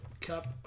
Cup